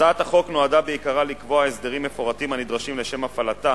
הצעת החוק נועדה בעיקרה לקבוע הסדרים מפורטים הנדרשים להפעלתה